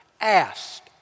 asked